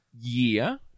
year